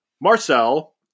Marcel